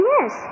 Yes